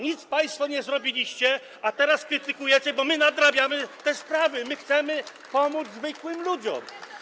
Nic państwo nie zrobiliście, a teraz krytykujecie, bo my nadrabiamy te sprawy, chcemy pomóc zwykłym ludziom.